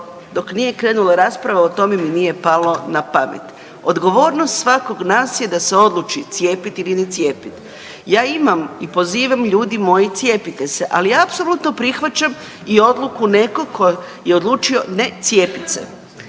dok nije krenula rasprava o tome mi nije palo na pamet. Odgovornost svakog od nas je da se odluči cijepiti ili ne cijepiti. Ja imam i pozivam, ljudi moji, cijepite se, ali apsolutno prihvaćam i odluku nekog tko je odlučio ne cijepiti se.